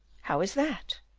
how is that?